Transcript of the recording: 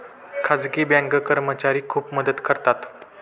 खाजगी बँक कर्मचारी खूप मदत करतात